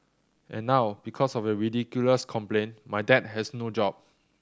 and now because of your ridiculous complaint my dad has no job